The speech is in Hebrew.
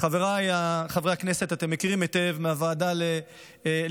חבריי חברי הכנסת, אתם מכירים היטב מוועדת הכלכלה,